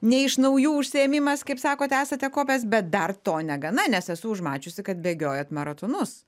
ne iš naujų užsiėmimas kaip sakote esate kopęs bet dar to negana nes esu užmačiusi kad bėgiojat maratonus